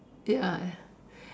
ya